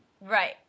Right